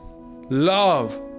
Love